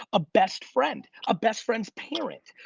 a best friend, a best friend's parent,